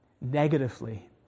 negatively